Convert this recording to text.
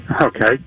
Okay